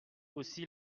aussi